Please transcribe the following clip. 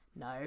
no